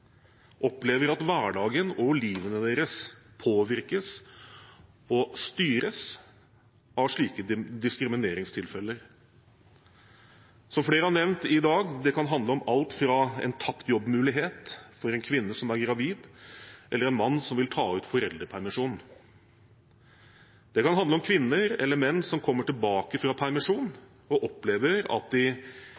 opplever at hverdagen og livet deres påvirkes og styres av slike diskrimineringstilfeller. Som flere har nevnt i dag, kan det handle om alt fra en tapt jobbmulighet for en kvinne som er gravid, til en mann som vil ta ut foreldrepermisjonen. Det kan handle om kvinner eller menn som kommer tilbake fra permisjon og opplever at de